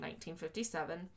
1957